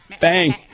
Bang